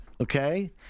okay